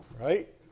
Right